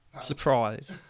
surprise